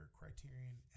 criterion